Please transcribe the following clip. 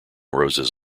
roses